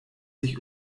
sich